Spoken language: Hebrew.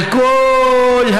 על כל התת-קבוצות.